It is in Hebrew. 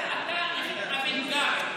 אתה, תפתיע.